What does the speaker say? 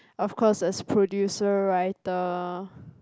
of course as producer writer